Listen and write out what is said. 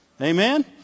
Amen